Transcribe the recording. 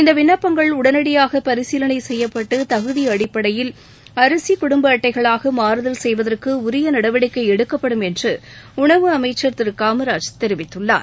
இந்த விண்ணப்பங்கள் உடனடியாக பரிசீலனை செய்யப்பட்டு தகுதி அடிப்படையில் அரிசி குடும்ப அட்டைகளாக மாறுதல் செய்வதற்கு உரிய நடவடிக்கை எடுக்கப்படும் என்று உணவு அமைச்சர் திரு காமராஜ் தெரிவித்துள்ளார்